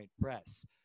Press